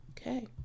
Okay